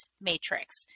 matrix